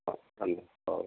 ହଉ ହଉ